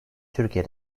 türkiye